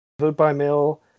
vote-by-mail